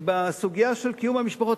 בסוגיה של קיום המשפחות,